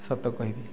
ସତ କହିବି